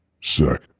sec